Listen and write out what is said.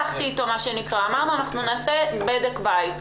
הלקוח חובשים מסכה.